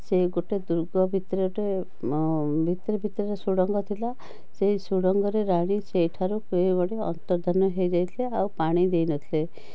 ସେ ଗୋଟେ ଦୁର୍ଗ ଭିତରେ ଟେ ଭିତରେ ଭିତରେ ସୁଡ଼ଙ୍ଗ ଥିଲା ସେଇ ସୁଡ଼ଙ୍ଗରେ ରାଣୀ ସେଇଠାରୁ କେଉଁଆଡ଼େ ଅନ୍ତର୍ଦ୍ଧାନ ହେଇଯାଇଥିଲେ ଆଉ ପାଣି ଦେଇନଥିଲେ